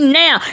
now